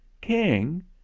King